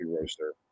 roaster